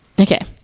okay